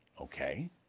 Okay